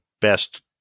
best